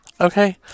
Okay